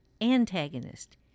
antagonist